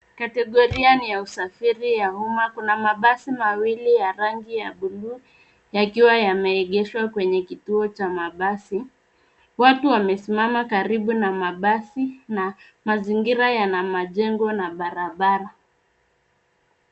Kategoria ni ya usafiri ya umma; kuna mabasi mawili ya rangi ya bluu yakiwa yameegeshwa kwenye kituo cha mabasi. Watu wamesimama karibu na mabasi na mazingira yana majengo na barabara.